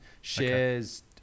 Shares